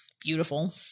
Beautiful